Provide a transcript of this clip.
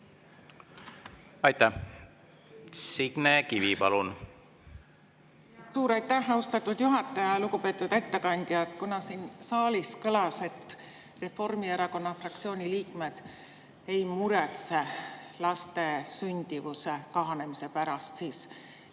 Aitäh! Signe Kivi, palun! Suur aitäh, austatud juhataja! Lugupeetud ettekandja! Kuna siin saalis kõlas, nagu Reformierakonna fraktsiooni liikmed ei muretseks sündimuse kahanemise pärast, siis kõigepealt